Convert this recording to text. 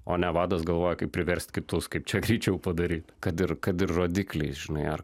o ne vadas galvoja kaip priverst kitus kaip čia greičiau padaryt kad ir kad ir rodikliai žinai ar